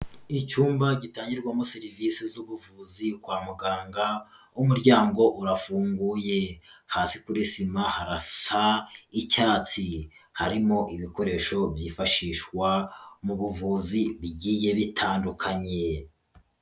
Icyumba gitangirwamo serivisi z'ubuvuzi, kwa muganga, umuryango urafunguye. Hasi kuri sima harasa icyati, harimo ibikoresho byifashishwa mu buvuzi, bigiye bitandukanye.